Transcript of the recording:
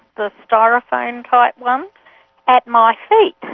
the styrofoam-type ones, at my feet.